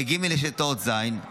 לג' יש את האות ז', לד'